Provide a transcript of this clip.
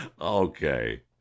Okay